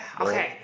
okay